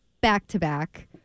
back-to-back